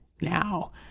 now